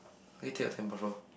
okay take your time